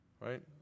Right